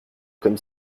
comme